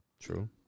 True